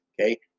Okay